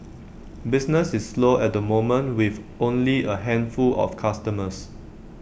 business is slow at the moment with only A handful of customers